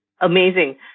amazing